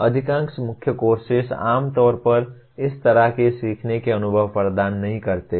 अधिकांश मुख्य कोर्सेस आमतौर पर इस तरह के सीखने के अनुभव प्रदान नहीं करते हैं